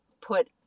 put